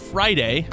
Friday